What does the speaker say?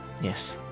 Yes